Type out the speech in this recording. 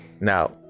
Now